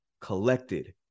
collected